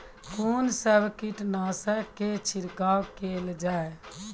कून सब कीटनासक के छिड़काव केल जाय?